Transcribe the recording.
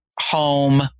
home